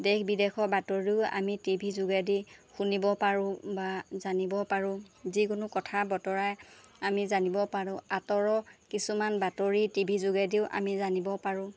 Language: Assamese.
দেশ বিদেশৰ বাতৰিও আমি টি ভি যোগেদি শুনিব পাৰোঁ বা জানিব পাৰোঁ যিকোনো কথা বতৰাই আমি জানিব পাৰোঁ আঁতৰৰ কিছুমান বাতৰি টি ভি যোগেদিও আমি জানিব পাৰোঁ